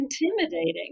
intimidating